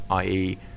ie